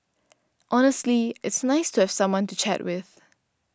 honestly it's nice to have someone to chat with